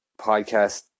podcast